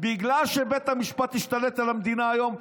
בגלל שבית המשפט השתלט על המדינה היום.